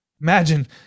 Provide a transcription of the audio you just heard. Imagine